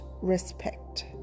respect